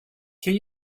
can